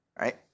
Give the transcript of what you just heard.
right